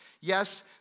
Yes